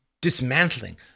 dismantling